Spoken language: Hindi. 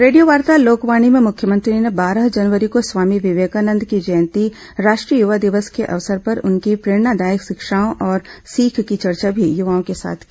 रेडियोवार्ता लोकवाणी में मुख्यमंत्री ने बारह जनवरी को स्वामी विवेकानंद की जयंती राष्ट्रीय युवा दिवस के अवसर पर उनकी प्रेरणादायक शिक्षाओं और सीख की चर्चा भी युवाओं के साथ की